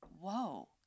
Whoa